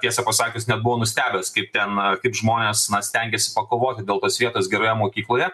tiesa pasakius net buvau nustebęs kaip ten kaip žmonės stengiasi pakovoti dėl tos vietos geroje mokykloje